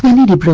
need a